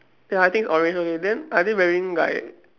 ya I think is orange okay then are they wearing like